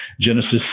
Genesis